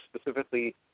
specifically